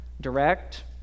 direct